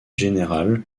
générales